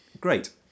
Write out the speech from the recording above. Great